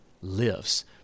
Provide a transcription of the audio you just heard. lives